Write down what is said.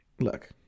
look